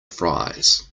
fries